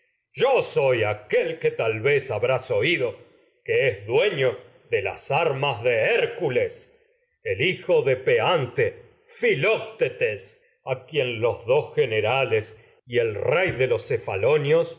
aquel que tal ha oido que es dueño de a las armas de hércules el generales y hijo de peante filoctetes el rey quien los